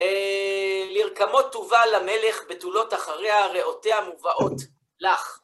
לרקמות טובה למלך בתולות אחריה, רעותיה מובאות. לך.